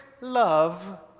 love